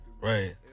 Right